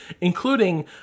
Including